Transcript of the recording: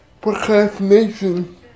procrastination